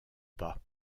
pas